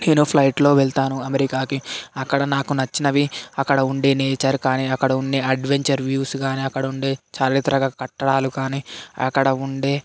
నేను ఫ్లయిట్లో వెళ్తాను అమెరికాకి అక్కడ నాకు నచ్చినవి అక్కడ ఉండే నేచర్ కానీ అక్కడ ఉండే అడ్వెంచర్ వ్యూస్ కానీ అక్కడ ఉండే చారిత్రక కట్టడాలు కానీ అక్కడ ఉండే